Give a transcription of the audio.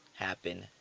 happen